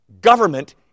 government